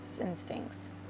instincts